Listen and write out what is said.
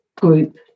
group